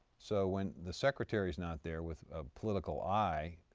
so when the secretary is not there with a political eye,